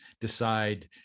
decide